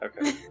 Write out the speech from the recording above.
Okay